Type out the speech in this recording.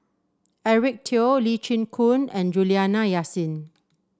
Eric Teo Lee Chin Koon and Juliana Yasin